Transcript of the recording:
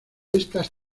estas